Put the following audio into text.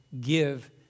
Give